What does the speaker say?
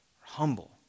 humble